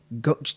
go